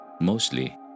mostly